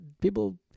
people